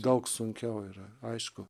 daug sunkiau yra aišku